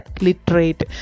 literate